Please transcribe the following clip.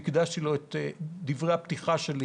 והקדשתי לו את דברי הפתיחה שלי,